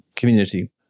community